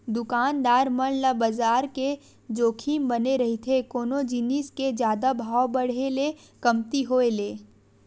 दुकानदार मन ल बजार के जोखिम बने रहिथे कोनो जिनिस के जादा भाव बड़हे ले कमती होय ले